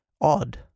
odd